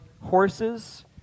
horses